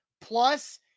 Plus